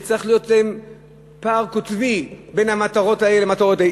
שצריך להיות פער קוטבי בין המטרות האלה לבין המטרות האלה,